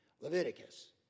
Leviticus